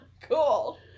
cool